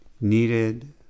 needed